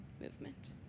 movement